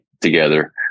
together